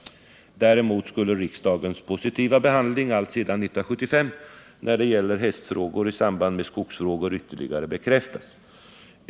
Däremot skulle riksdagens positiva inställning alltsedan 1975 när det gäller hästfrågor i samband med skogsfrågor ytterligare bekräftas.